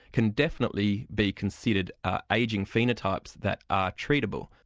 can definitely be considered ah ageing phenotypes that are treatable,